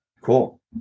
Cool